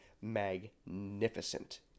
magnificent